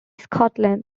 scotland